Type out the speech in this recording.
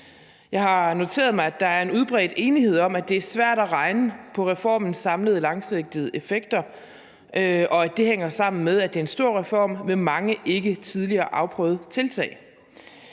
Jeg har noteret mig, at der er en udbredt enighed om, at det er svært at regne på reformens samlede langsigtede effekter, og at det hænger sammen med, at det er en stor reform med mange ikke tidligere afprøvede tiltag.